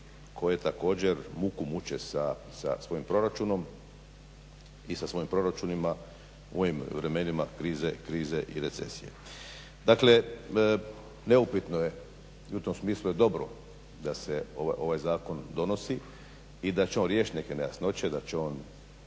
koje također muku muče sa svojim proračunom i sa svojim proračunima u ovim vremenima krize, krize i recesije. Dakle, neupitno je i u tom smislu je dobro da se ovaj zakon donosi i da će on riješiti neke nejasnoće, da će on